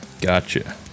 Gotcha